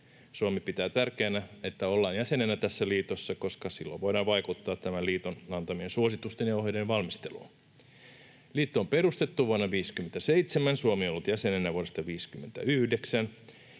Suomi pitää tärkeänä, että ollaan jäsenenä tässä liitossa, koska silloin voidaan vaikuttaa tämän liiton antamien suositusten ja ohjeiden valmisteluun. Liitto on perustettu vuonna 57, ja Suomi on ollut jäsenenä vuodesta 59.